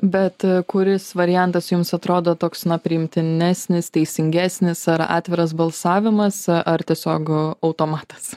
bet kuris variantas jums atrodo toks na priimtinesnis teisingesnis ar atviras balsavimas ar tiesiog automatas